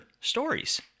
stories